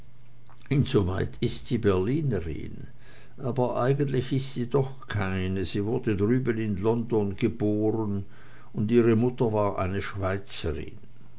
insoweit ist sie berlinerin aber eigentlich ist sie doch keine sie wurde drüben in london geboren und ihre mutter war eine schweizerin